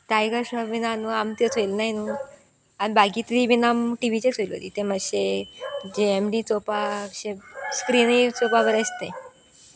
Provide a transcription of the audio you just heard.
tiger Shroff बी आह न्हू आम त्यो चोयलनाय न्हू आनी बागी त्री बीन आमी टीवीचेर चोयलो तें मात्शे जी एम डी चोवपाशे स्क्रिनूय चोवपा बरें आसतें